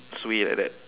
suay like that